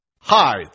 Hi